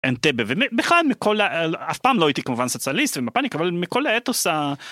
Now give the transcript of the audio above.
אנטבה. בכלל מכל אף פעם לא הייתי כמובן סוציאליסט ומפא״יניק אבל מכל האתוס